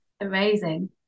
Amazing